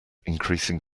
increasing